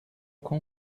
com